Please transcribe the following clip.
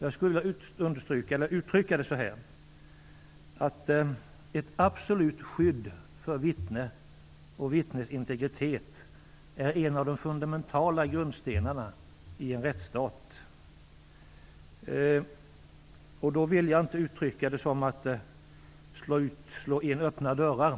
Jag skulle vilja uttrycka det så här: Ett absolut skydd för vittne och vittnes integritet är en av de fundamentala grundstenarna i en rättsstat. Jag vill inte använda uttrycket att slå in öppna dörrar.